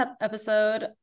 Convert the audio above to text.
episode